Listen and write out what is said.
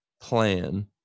plan